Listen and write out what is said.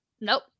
Nope